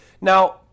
now